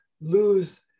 lose